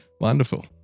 Wonderful